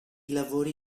lavori